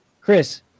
chris